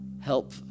help